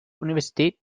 universität